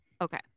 Okay